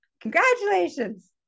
congratulations